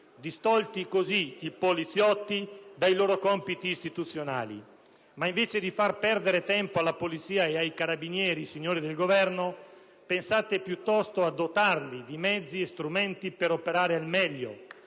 vengono così distolti dai loro compiti istituzionali. Ma invece di far perdere tempo alla Polizia e ai Carabinieri, signori del Governo, pensate piuttosto di dotarli di mezzi e strumenti per operare al meglio!